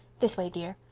this way, dear.